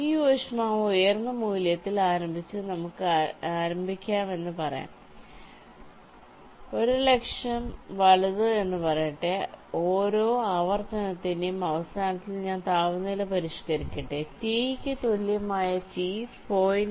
ഈ ഊഷ്മാവ് ഉയർന്ന മൂല്യത്തിൽ ആരംഭിച്ച് നമുക്ക് ആരംഭിക്കാം എന്ന് പറയാം 100000 വലത് എന്ന് പറയട്ടെ ഓരോ ആവർത്തനത്തിന്റെയും അവസാനത്തിൽ ഞാൻ താപനില പരിഷ്കരിക്കട്ടെ T ക്ക് തുല്യമായ T 0